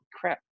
crap